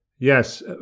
Yes